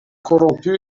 corrompu